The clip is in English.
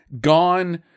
gone